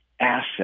asset